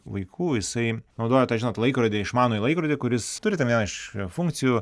vaikų jisai naudojo tą žinot laikrodį išmanųjį laikrodį kuris turi ten vieną iš funkcijų